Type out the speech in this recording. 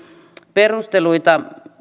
perusteluita